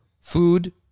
food